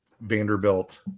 Vanderbilt